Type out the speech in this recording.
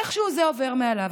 איכשהו זה עובר מעליו.